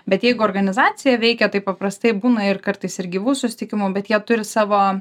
bet jeigu organizacija veikia tai paprastai būna ir kartais ir gyvų susitikimų bet jie turi savo